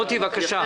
מוטי יוגב, בבקשה.